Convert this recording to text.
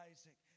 Isaac